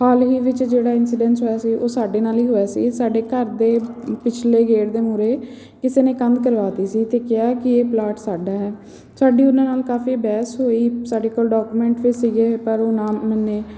ਹਾਲ ਹੀ ਵਿੱਚ ਜਿਹੜਾ ਇੰਸੀਡੈਂਸ ਹੋਇਆ ਸੀ ਉਹ ਸਾਡੇ ਨਾਲ ਹੀ ਹੋਇਆ ਸੀ ਸਾਡੇ ਘਰ ਦੇ ਪਿਛਲੇ ਗੇਟ ਦੇ ਮੂਹਰੇ ਕਿਸੇ ਨੇ ਕੰਧ ਕਰਵਾ ਤੀ ਸੀ ਅਤੇ ਕਿਹਾ ਕਿ ਇਹ ਪਲਾਟ ਸਾਡਾ ਹੈ ਸਾਡੀ ਉਹਨਾਂ ਨਾਲ ਕਾਫੀ ਬਹਿਸ ਹੋਈ ਸਾਡੇ ਕੋਲ ਡੋਕੂਮੈਂਟ ਵੀ ਸੀਗੇ ਪਰ ਉਹ ਨਾ ਮੰਨੇ